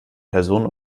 person